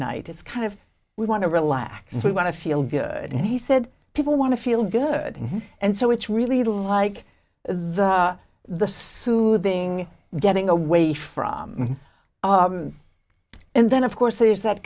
night it's kind of we want to relax we want to feel good and he said people want to feel good and so it's really like the the soothing getting away from me and then of course there's that